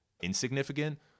insignificant